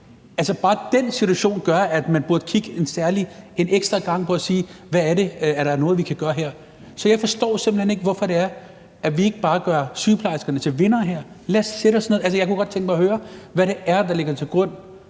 Bare den situation gør, at man burde kigge en ekstra gang for at se, om der er noget, vi kan gøre her. Så jeg forstår simpelt hen ikke, hvorfor vi ikke bare gør sygeplejerskerne til vindere her. Jeg kunne godt tænke mig at høre, hvad det er, der ligger til grund